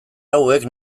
hauek